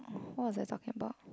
what was I talking about